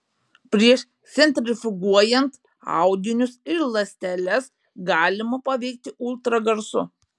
prieš centrifuguojant audinius ir ląsteles galima paveikti ultragarsu